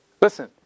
Listen